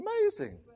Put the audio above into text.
Amazing